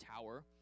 Tower